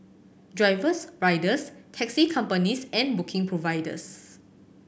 drivers riders taxi companies and booking providers